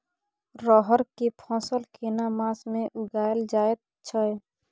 रहर के फसल केना मास में उगायल जायत छै?